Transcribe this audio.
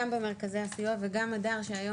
גם במרכזי הסיוע וגם הדר שהיום